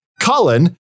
Colin